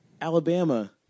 Alabama